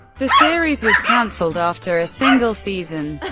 the series was cancelled after a single season.